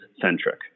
centric